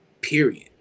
period